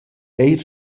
eir